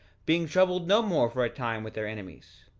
being troubled no more for a time with their enemies.